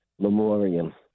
memoriam